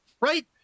right